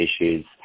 issues